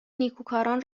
نیکوکاران